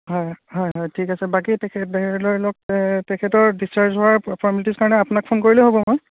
হয় হয় হয় ঠিক আছে বাকী তেখেত ধৰি লওক তেখেতৰ ডিচাৰ্জ হোৱা ফৰ্মেলিটিজ কাৰণে আপোনাক ফোন কৰিলেই হ'ব মই